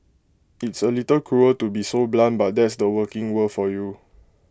it's A little cruel to be so blunt but that's the working world for you